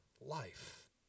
life